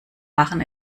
machen